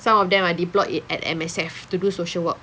some of them are deployed in at M_S_F to do social work